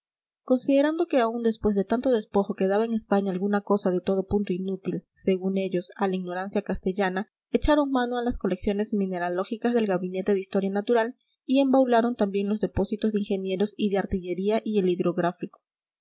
considerando que aun después de tanto despojo quedaba en españa alguna cosa de todo punto inútil según ellos a la ignorancia castellana echaron mano a las colecciones mineralógicas del gabinete de historia natural y embaularon también los depósitos de ingenieros y de artillería y el hidrográfico